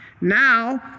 Now